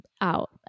out